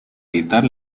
evitar